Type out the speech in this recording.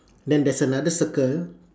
then there's another circle